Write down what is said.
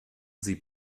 sie